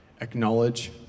acknowledge